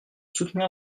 soutenir